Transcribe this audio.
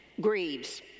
grieves